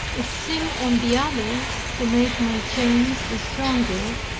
it seemed on the other to make my chains the stronger,